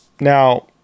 Now